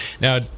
Now